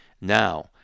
now